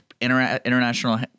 International